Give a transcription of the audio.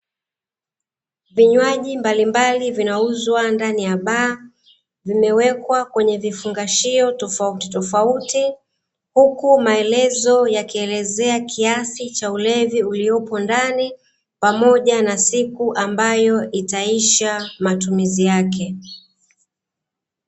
Vinywaji mbalimbali vinauzwa ndani ya baa, vimewekwa kwenye vifungashio tofautitofauti, huku maelezo yakielezea kiasi cha ulevi uliopo ndani, pamoja na siku ambayo itaisha matumizi yake.